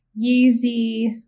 Yeezy